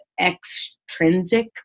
extrinsic